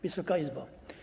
Wysoka Izbo!